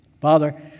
Father